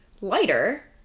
lighter